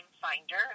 Finder